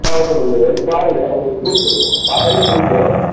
ஆ okay ma'am நீங்கள் வந்து பாருங்கள் உங்களுக்கு பிடிச்சிருக்கும் பார்த்தாலே பிடிக்கும்